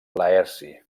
laerci